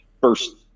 first